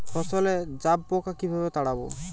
ফসলে জাবপোকা কিভাবে তাড়াব?